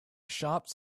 shots